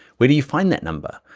where do you find that number?